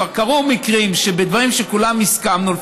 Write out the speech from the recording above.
כבר קרו מקרים שבדברים שכולנו הסכמנו,